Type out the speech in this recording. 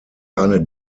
eine